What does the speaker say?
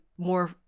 more